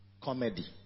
comedy